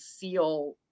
feel